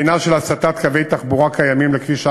בחינה של הסטת קווי תחבורה קיימים לכביש 443: